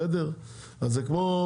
זה כאילו